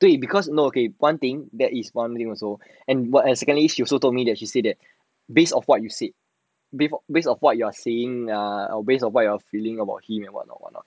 对 because no okay one thing that is bothering also and what err secondly she also told me that she said base on what you said base on what you are saying err or base on what your opinion is about him and what what what what